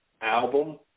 album